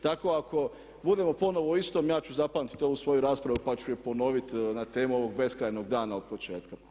Tako da ako budemo ponovno o istom, ja ću zapamtiti ovu svoju raspravu pa ću je ponoviti na temu ovog beskrajnog dana od početka.